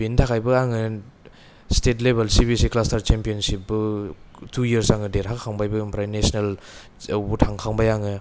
बेनि थाखायबो आङो स्थेथ लेबेल सि बि एस सि ख्लास्थार सेम्फियनसिबबो थु यारस आङो देरहाखांबायबो ओमफ्राय नेसनेलआवबो थांखांबाय आङो